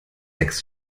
sechs